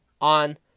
on